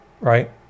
right